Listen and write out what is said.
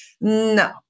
No